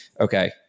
okay